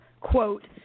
quote